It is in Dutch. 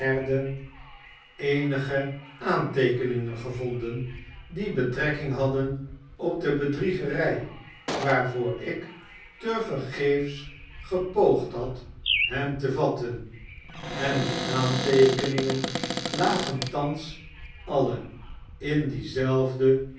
eenige aanteekeningen gevonden die betrekking hadden op de bedriegery waarvoor ik tevergeefs gepoogd had hem te vatten en die aanteekeningen lagen thans alle in diezelfde